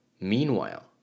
Meanwhile